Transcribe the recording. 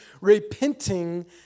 repenting